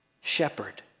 shepherd